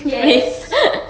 yes so